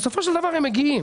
בסופו של דבר הם מגיעים,